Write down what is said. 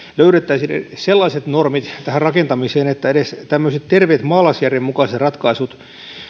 löydettäisiin sellaiset normit tähän rakentamiseen että tämmöiset terveen maalaisjärjen mukaiset ratkaisut